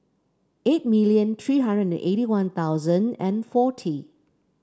eight million three hundred eighty One Thousand and forty